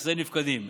נכסי נפקדים.